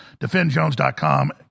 DefendJones.com